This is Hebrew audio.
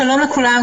שלום לכולם.